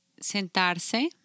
Sentarse